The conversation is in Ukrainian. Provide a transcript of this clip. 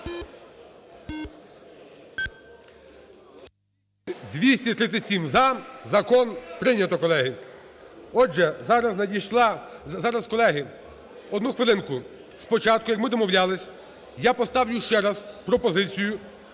За-237 Закон прийнято, колеги. Отже, зараз надійшла… Зараз, колеги, одну хвилинку. Спочатку, як ми домовлялись, я поставлю ще раз пропозицію